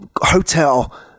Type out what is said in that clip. hotel